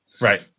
Right